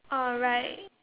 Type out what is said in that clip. oh right